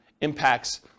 impacts